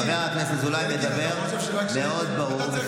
חבר הכנסת אזולאי מדבר מאוד ברור.